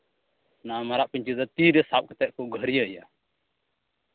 ᱚᱱᱟ ᱢᱟᱨᱟᱜ ᱯᱤᱧᱪᱟᱹᱨ ᱫᱚ ᱛᱤ ᱨᱮ ᱥᱟᱵ ᱠᱟᱛᱮᱜ ᱠᱚ ᱜᱷᱟᱨᱭᱟᱹᱭᱟ